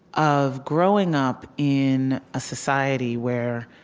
of growing up in a society where,